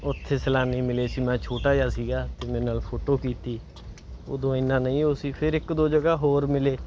ਉੱਥੇ ਸੈਲਾਨੀ ਮਿਲੇ ਸੀ ਮੈਂ ਛੋਟਾ ਜਿਹਾ ਸੀਗਾ ਅਤੇ ਮੇਰੇ ਨਾਲ ਫੋਟੋ ਕੀਤੀ ਉਦੋਂ ਐਨਾ ਨਹੀਂ ਉਹ ਸੀ ਫੇਰ ਇੱਕ ਦੋ ਜਗ੍ਹਾ ਹੋਰ ਮਿਲੇ